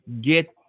get